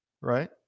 right